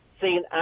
seen